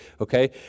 okay